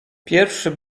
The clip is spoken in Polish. pierwszy